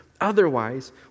Otherwise